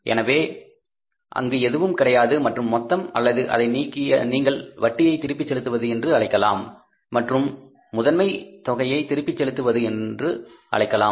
எனவே அங்கு எதுவும் இருக்காது மற்றும் மொத்தம் அல்லது அதை நீங்கள் வட்டியை திருப்பிச் செலுத்துவது என்று அழைக்கலாம் மற்றும் அசல் தொகையை திருப்பிச் செலுத்துவது என்று அழைக்கலாம்